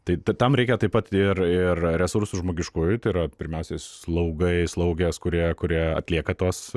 tai tam reikia taip pat ir ir resursų žmogiškųjų tai yra pirmiausia slaugai slaugės kurie kurie atlieka tuos